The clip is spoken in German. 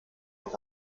und